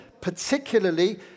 particularly